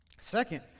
Second